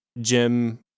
Jim